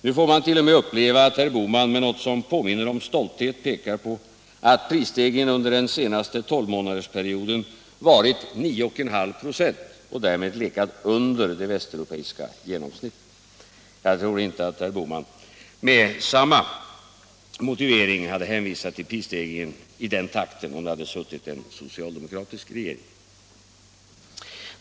Nu får man t.o.m. uppleva att herr Bohman med något som påminner om stolthet pekar på att prisstegringen under den senaste tolvmånadersperioden varit 9,5 96 och därmed legat under det västeuropeiska genomsnittet. Jag tror inte att herr Bohman med samma motivering hade talat om en prisstegring i den takten om det hade suttit en socialdemokratisk regering.